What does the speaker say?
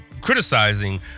criticizing